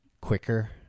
quicker